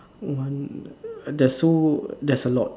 one uh there's so there's a lot